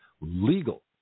legal